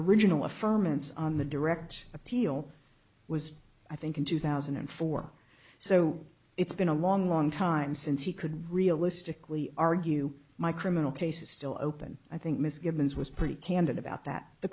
it's on the direct appeal was i think in two thousand and four so it's been a long long time since he could realistically argue my criminal case is still open i think miss givens was pretty candid about that the